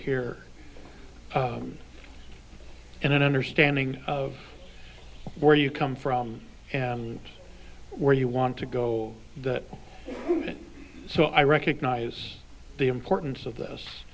and an understanding of where you come from and where you want to go that so i recognize the importance of this